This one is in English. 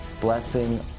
blessing